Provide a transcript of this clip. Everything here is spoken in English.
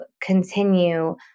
continue